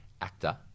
Actor